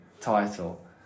title